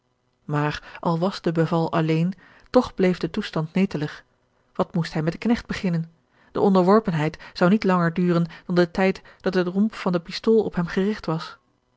maar al was de beval alleen toch bleef de toestand netelig wat moest hij met den knecht beginnen de onderworpenheid zou niet langer duren dan de tijd dat de tromp van de pistool op hem gerigt was